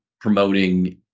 promoting